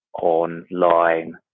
online